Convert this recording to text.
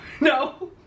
No